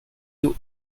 you